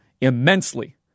immensely